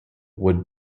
would